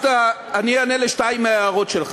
אני אענה על שתיים מההערות שלך,